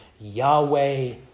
Yahweh